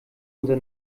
unser